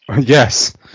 Yes